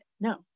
no